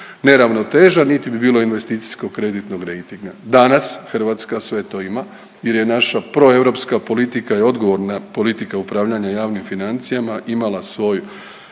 neravnoteža, niti bi bilo investicijskog kreditnog rejtinga. Danas, Hrvatska sve to ima jer je naša proeuropska i odgovorna politika upravljanja javnim financijama imala svoj